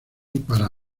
para